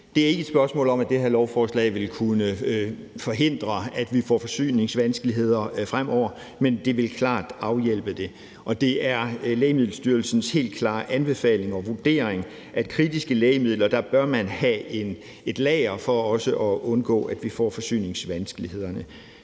Det er ikke et spørgsmål om, at det her lovforslag vil kunne forhindre, at vi får forsyningsvanskeligheder fremover, men det vil klart afhjælpe det. Det er Lægemiddelstyrelsens helt klare anbefaling og vurdering, at når det gælder kritiske lægemidler, bør man have et lager for også at undgå, at vi får forsyningsvanskeligheder.